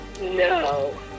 no